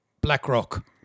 Blackrock